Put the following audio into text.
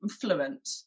fluent